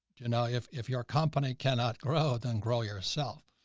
you know if if your company cannot grow, then grow yourself.